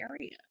area